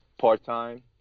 part-time